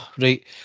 right